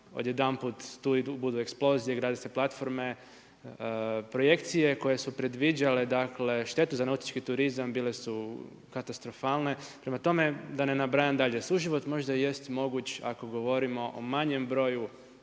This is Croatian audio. jedanput tu budu eksplozije, grade se platforme, projekcije koje su predviđale štetu za nautički turizam bile su katastrofalne. Prema tome, da ne nabrajam dalje, suživot možda jest moguć ako govorimo o manjem broju